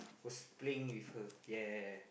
was playing with her yeah